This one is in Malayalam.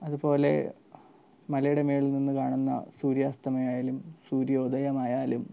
അതുപോലെ മലയുടെ മുകളിൽ നിന്ന് കാണുന്ന സൂര്യാസ്തമയം ആയാലും സൂര്യോദയം ആയാലും